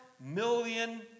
million